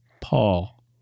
Paul